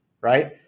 right